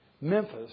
Memphis